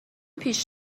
پیش